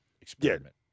experiment